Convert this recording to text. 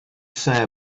say